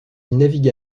navigua